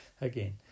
again